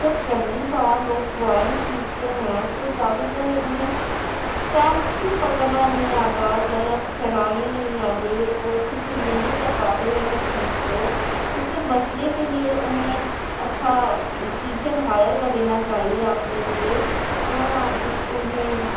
جب پہلی بار لوگ ڈرائنگ سیکھتے ہیں تو زیادہ تر انہیں پینسل پکڑنا نہیں آتا کلرس چلانے نہیں آتے وہ اچھے سے نہیں کر پاتے ہیں اس چیز کو اس سے بچنے کے لیے انہیں اچھا ٹیچر ہائر کر لینا چاہیے اپنے لیے انہیں